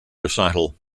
recital